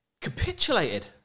capitulated